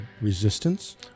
resistance